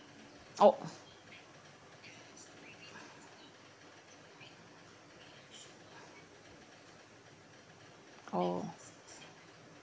oh oh